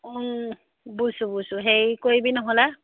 বুজিছোঁ বুজিছোঁ হেৰি কৰিবি নহ'লে